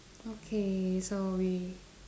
okay so we